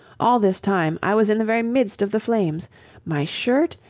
all this time i was in the very midst of the flames my shirt,